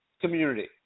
community